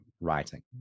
writing